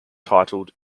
titled